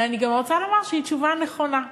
ואני גם רוצה לומר שהיא תשובה נכונה,